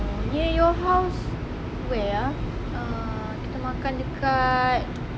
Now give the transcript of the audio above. near your house where ah ah kita makan dekat